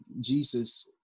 Jesus